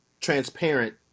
transparent